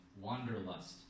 wanderlust